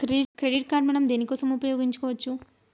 Credit card మనం దేనికోసం ఉపయోగించుకోవచ్చు?